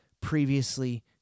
previously